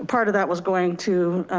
part of that was going to